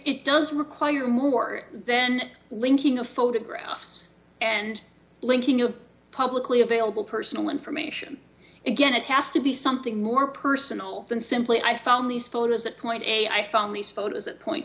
it does require more then linking of photographs and linking your publicly available personal information again it has to be something more personal than simply i found these photos at point a i found these photos at point